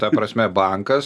ta prasme bankas